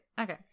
okay